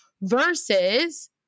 versus